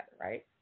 right